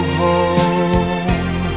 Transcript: home